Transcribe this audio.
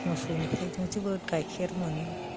मोसौनिफ्राय जों जोबोद गाइखेर मोनो